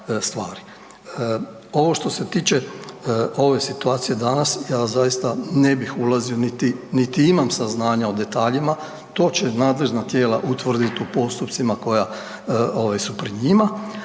Ovo što se tiče ove situacije danas ja zaista ne bih ulazio niti imam saznanja o detaljima, to će nadležna tijela utvrditi u postupcima koja ovaj su pred njima,